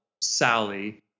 Sally